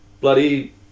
bloody